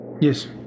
yes